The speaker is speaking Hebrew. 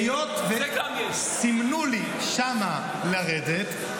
היות שסימנו לי שם לרדת,